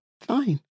fine